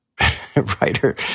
writer